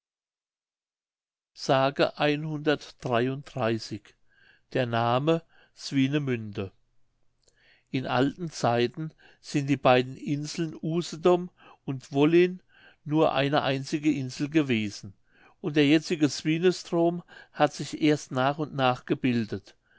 der name swinemünde in alten zeiten sind die beiden inseln usedom und wollin nur eine einzige insel gewesen und der jetzige swinestrom hat sich erst nach und nach gebildet